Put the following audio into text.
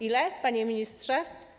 Ile, panie ministrze?